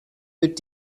wird